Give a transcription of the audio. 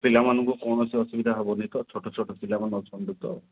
ପିଲାମାନଙ୍କୁ କୌଣସି ଅସୁବିଧା ହେବନି ତ ଛୋଟ ଛୋଟ ପିଲାମାନେ ଅଛନ୍ତି ତ